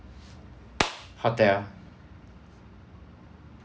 hotel